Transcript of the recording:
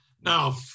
Now